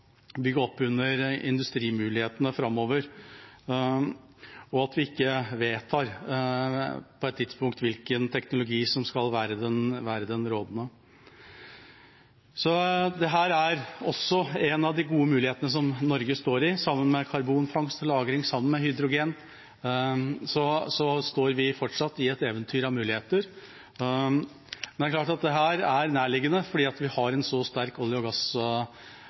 bygge opp under industrimulighetene framover – at vi ikke på et tidspunkt vedtar hvilken teknologi som skal være rådende. Dette er også en av de gode mulighetene som Norge står i. Sammen med karbonfangst og -lagring, og når det gjelder hydrogen, står vi fortsatt foran et eventyr av muligheter. Men det er klart at dette er nærliggende fordi vi har en så sterk olje- og